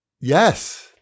Yes